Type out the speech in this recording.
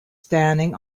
standing